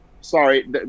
sorry